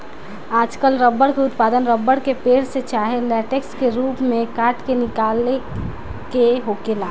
आजकल रबर के उत्पादन रबर के पेड़, से चाहे लेटेक्स के रूप में काट के निकाल के होखेला